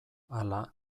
hala